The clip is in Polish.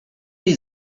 jej